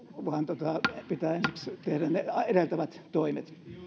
vaan pitää ensiksi tehdä ne edeltävät toimet